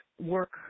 work